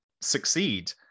succeed